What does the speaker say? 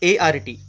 ART